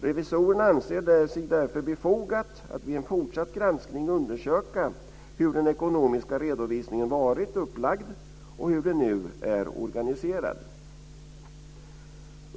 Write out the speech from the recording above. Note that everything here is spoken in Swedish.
Revisorerna anser det därför befogat att vid en fortsatt granskning undersöka hur den ekonomiska redovisningen varit upplagd och hur den nu är organiserad."